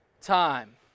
time